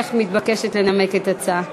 הנך מתבקשת לנמק את ההצעה.